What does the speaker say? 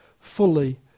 fully